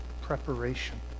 preparation